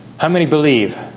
how many believe